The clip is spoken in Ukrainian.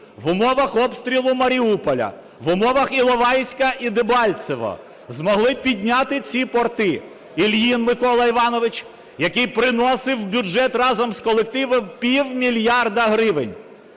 в умовах обстрілу Маріуполя, в умовах Іловайська і Дебальцевого змогли підняти ці порти, – Ільїн Микола Іванович, який приносив в бюджет разом з колективом півмільярда гривень.